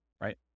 right